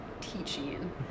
teaching